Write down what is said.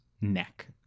neck